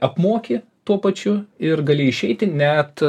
apmoki tuo pačiu ir gali išeiti net